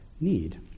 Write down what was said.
need